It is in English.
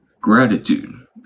Gratitude